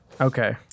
okay